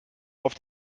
auf